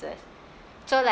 so like